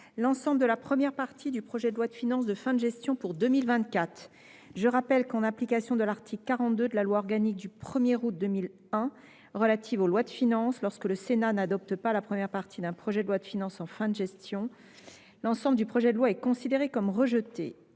l’ensemble de la première partie du projet de loi de finances de fin de gestion pour 2024. Je rappelle que, en application de l’article 42 de la loi organique du 1 août 2001 relative aux lois de finances, lorsque le Sénat n’adopte pas la première partie d’un projet de loi de finances de fin de gestion, l’ensemble du projet de loi est considéré comme rejeté.